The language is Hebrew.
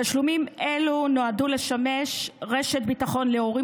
תשלומים אלו נועדו לשמש רשת ביטחון להורים